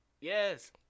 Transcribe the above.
Yes